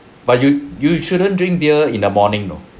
but you you shouldn't drink beer in the morning you know